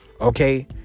Okay